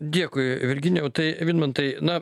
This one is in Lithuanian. dėkui virginijau tai vidmantai na